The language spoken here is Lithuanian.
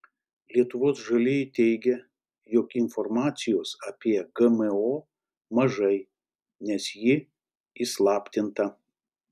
lietuvos žalieji teigia jog informacijos apie gmo mažai nes ji įslaptinta